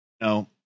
No